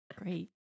Great